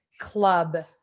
club